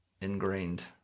ingrained